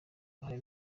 uruhare